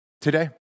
today